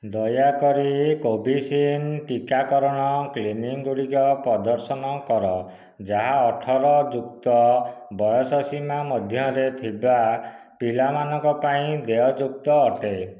ଦୟାକରି କୋଭାକ୍ସିନ୍ ଟୀକାକରଣ କ୍ଲିନିକ୍ ଗୁଡ଼ିକ ପ୍ରଦର୍ଶନ କର ଯାହା ଅଠର ଯୁକ୍ତ ବର୍ଷ ବୟସ ସୀମା ମଧ୍ୟରେ ଥିବା ପିଲାମାନଙ୍କ ପାଇଁ ଦେୟଯୁକ୍ତ ଅଟେ